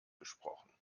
gesprochen